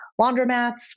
laundromats